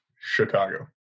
Chicago